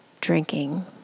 drinking